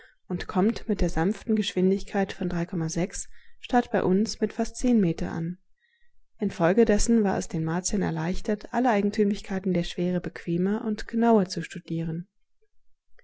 und kommt mit der sanften geschwindigkeit von statt bei uns mit fast zehn meter an infolgedessen war es den martiern erleichtert alle eigentümlichkeiten der schwere bequemer und genauer zu studieren